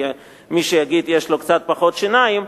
יהיה מי שיגיד שיש לו קצת פחות שיניים,